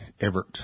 Everett